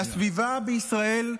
והסביבה בישראל הופקרה.